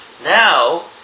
Now